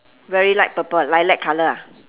very light purple lilac colour ah